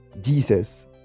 Jesus